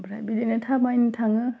ओमफ्राय बिदिनो थाबायनो थाङो